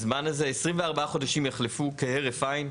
הזמן הזה 24 חודשים יחלפו כהרף עין.